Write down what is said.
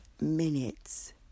minutes